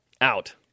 Out